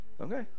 Okay